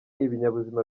ibinyabuzima